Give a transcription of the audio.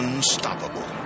Unstoppable